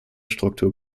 struktur